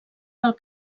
pel